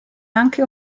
anche